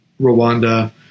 Rwanda